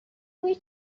بوی